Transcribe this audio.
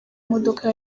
modoka